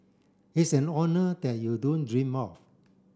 it's an honour that you don't dream of